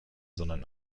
sondern